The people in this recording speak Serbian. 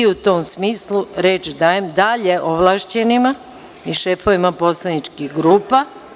U tom smislu, reč dajem dalje ovlašćenima i šefovima poslaničkih grupa.